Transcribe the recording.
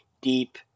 deep